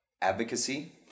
advocacy